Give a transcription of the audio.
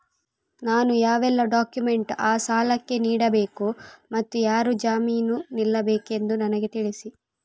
ನಾನು ಯಾವೆಲ್ಲ ಡಾಕ್ಯುಮೆಂಟ್ ಆ ಸಾಲಕ್ಕೆ ನೀಡಬೇಕು ಮತ್ತು ಯಾರು ಜಾಮೀನು ನಿಲ್ಲಬೇಕೆಂದು ನನಗೆ ತಿಳಿಸಿ?